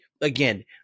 again